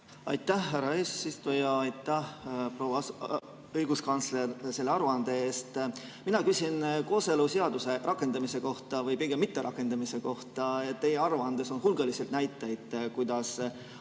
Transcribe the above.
Aitäh, härra eesistuja! Aitäh, proua õiguskantsler, selle aruande eest! Mina küsin kooseluseaduse rakendamise kohta või pigem mitterakendamise kohta. Teie aruandes on hulgaliselt näiteid, kuidas